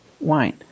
wine